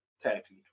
Tattoo